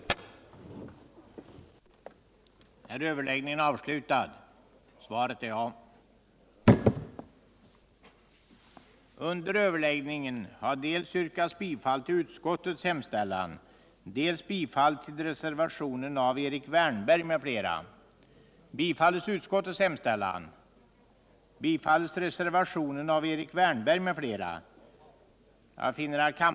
skalan den det ej vill röstar nej. Onykterhet vid trafik till sjöss